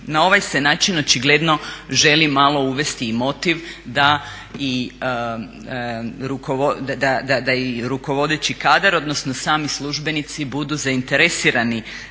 Na ovaj se način očigledno želi malo uvesti i motiv da i rukovodeći kadar, odnosno sami službenici budu zainteresirani